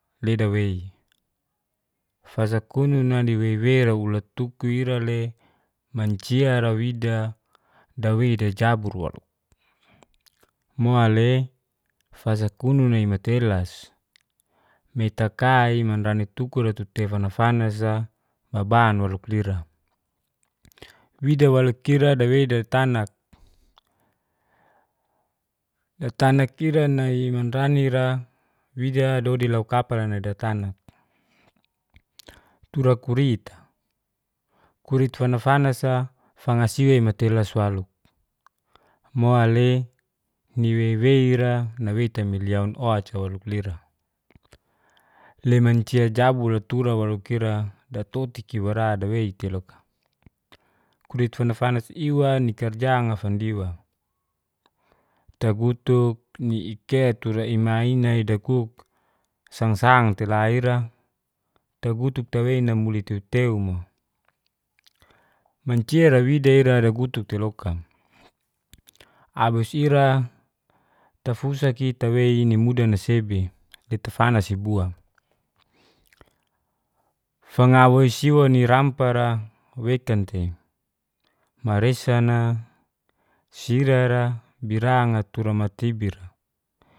Ledawei fasakununa diweiwera ulat'tuku ira'le mancira wida dawi'da jabur walo. Moa'le fasakununa'i matelas metaka'i manrani tukuratu'te fana-fanas'a maban walo ira. Wida walo ira dawei datanak, datanak ira nai manrani'ra wida dodilaukapal nai datana. Tura kurit'a, kurit fana-fanas'a fangasiwa matelasu walo. Moa'le niweiwe ira naweta miliaun o'ca walo ira. Le'mancia jabur'a tura walo ira datoti kiwa'ra dawei tei loka. Kulit fana-fanas iwa nikarjanga fandiwa, tagutuk ni'ike turaima'ina dakuk sangsang'te la ira, tagutuk tawei namuli teu-teumo. Mancia'ra wida ira dakuk'te loka. Abis ira tafusak'i tawei'ni muda nasebi, detafanasi bua. Fangawoi siwani rampara wekan tei, marissa'na, sira'ra, biran'ga turama tibira.